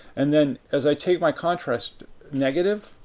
and then, as i take my contrast negative,